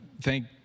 thank